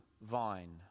vine